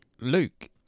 Luke